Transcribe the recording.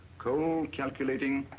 cold, calculating,